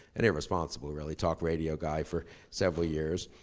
and irresponsible really, talk radio guy for several years.